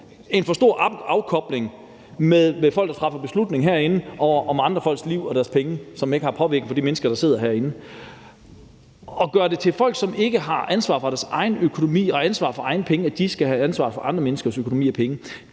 en for stor afkobling til folk, der træffer beslutning herinde om andre folks liv og deres penge, som ikke påvirker de mennesker, der sidder herinde. At gøre det muligt for folk, som ikke har ansvar for deres egen økonomi og ansvar for deres egne penge, at få ansvar for andre menneskers økonomi og penge,